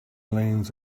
lanes